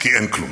כי אין כלום.